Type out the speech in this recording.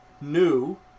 new